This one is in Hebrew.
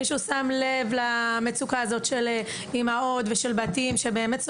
מישהו שם לב למצוקה הזאת של אימהות ושל בתים שבאמת,